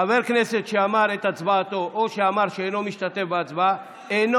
"חבר כנסת שאמר את הצבעתו או שאמר שאינו משתתף בהצבעה אינו